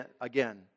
again